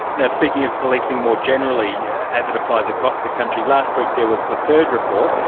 yeah speaking of policing more generally, as it applies across the country, last week there was the third report,